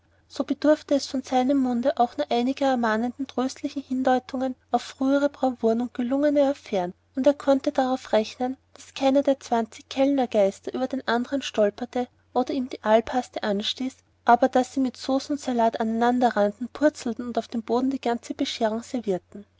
so bedurfte es von seinem munde auch nur einiger ermahnenden tröstlichen hindeutungen auf frühere bravouren und gelungene affären und er konnte darauf rechnen daß keiner der zwanzig kellnergeister über den andern stolperte oder ihm die aalpastete anstieß aber daß sie mit sauce und salat einander anrannten purzelten und auf den boden die ganze bescherung servierten